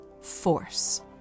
force